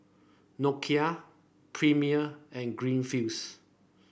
Nokia Premier and Greenfields